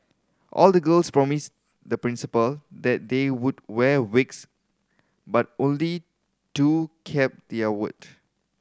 all the girls promised the Principal that they would wear wigs but only two kept their word